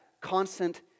constant